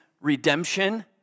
redemption